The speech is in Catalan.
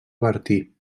bertí